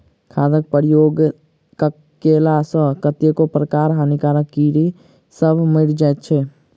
खादक प्रयोग कएला सॅ कतेको प्रकारक हानिकारक कीड़ी सभ मरि जाइत छै